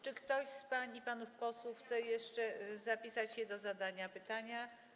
Czy ktoś z pań i panów posłów chce jeszcze zapisać się do zadania pytania?